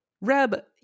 Reb